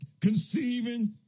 conceiving